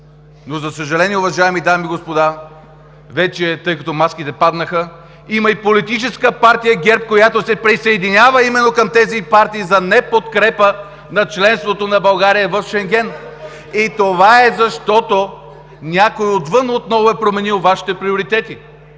но, за съжаление, уважаеми дами и господа, вече, тъй като маските паднаха, има и Политическа партия ГЕРБ, която се присъединява именно към тези партии за неподкрепа на членството на България в Шенген. (Реплики от ГЕРБ.) И това е, защото някой отвън отново е променил Вашите приоритети.